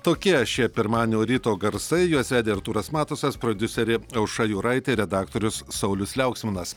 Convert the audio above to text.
tokie šie pirmadienio ryto garsai juos vedė artūras matusas prodiuserė aušra juraitė redaktorius saulius liauksminas